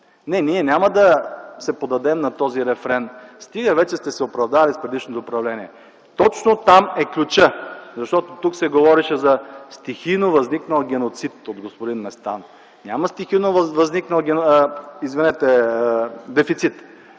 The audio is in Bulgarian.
Не, ние няма да се поддадем на този рефрен. Стига вече сте се оправдавали с предишното управление. Точно там е ключът, защото тук се говореше за стихийно възникнал дефицит от господин Местан. Няма стихийно възникнал дефицит,